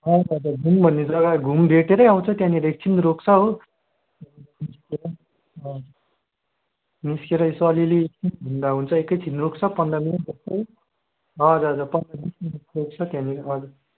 हजुर हजुर घुम भन्ने जग्गा घुम भेटेरै आउँछ त्यहाँनिर एकछिन रोक्छ हो हजुर निस्केर हजुर निस्केर यसो अलिअलि घुम्दा हुन्छ एकैछिन रोक्छ पन्ध्र मिनट जस्तो हजुर हजुर पन्ध्र बिस मिनट रोक्छ त्यहाँनिर हजुर